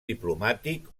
diplomàtic